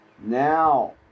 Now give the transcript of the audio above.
Now